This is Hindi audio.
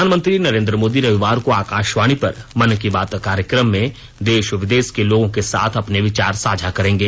प्रधानमंत्री नरेन्द्र मोदी रविवार को अकाशवाणी पर मन की बात कार्यक्रम में देश विदेश के लोगों के साथ अपने विचार साझा करेंगे